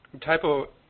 Typo